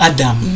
Adam